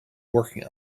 working